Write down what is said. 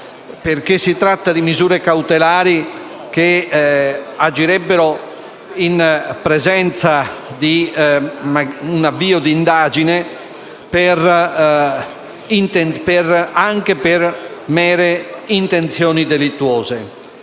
si tratta di misure cautelari che agirebbero in presenza di un avvio d'indagine anche per mere intenzioni delittuose,